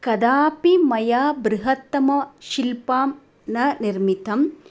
कदापि मया बृहत्तमं शिल्पं न निर्मितम्